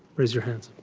raise your hand.